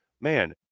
man